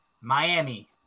Miami